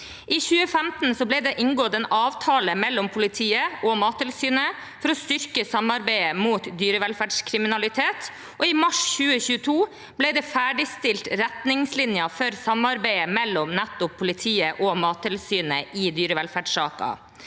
I 2015 ble det inngått en avtale mellom politiet og Mattilsynet for å styrke samarbeidet mot dyrevelferdskriminalitet, og i mars 2022 ble det ferdigstilt retningslinjer for samarbeidet mellom nettopp politiet og Mattilsynet i dyrevelferdssaker.